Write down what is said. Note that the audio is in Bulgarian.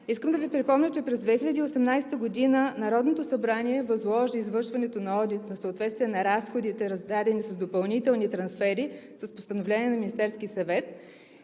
искам да Ви припомня, че през 2018 г. Народното събрание възложи извършването на одит на съответствие на разходите, раздадени с допълнителни трансфери, с Постановление на Министерския съвет